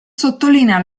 sottolinea